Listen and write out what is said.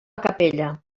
capella